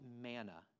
manna